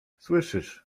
słyszysz